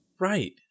Right